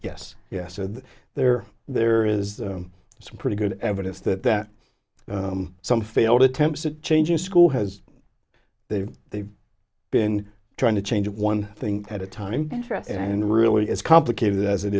yes yes and there there is some pretty good evidence that that some failed attempts at change in school has they've they've been trying to change one thing at a time and really as complicated as it